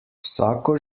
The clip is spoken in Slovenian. vsako